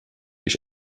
ich